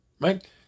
Right